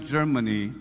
Germany